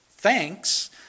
thanks